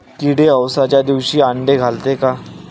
किडे अवसच्या दिवशी आंडे घालते का?